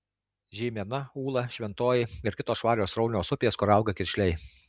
žeimena ūla šventoji ir kitos švarios sraunios upės kur auga kiršliai